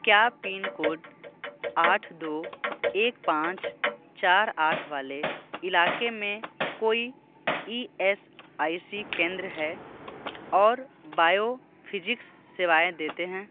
क्या पिनकोड आठ दो एक पाँच चार आठ वाले इलाके में कोई ई एस आई सी केंद्र हैं और बायोफ़िजिक्स सेवाएँ देते हैं